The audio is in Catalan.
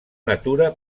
natura